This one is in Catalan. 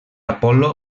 apol·lo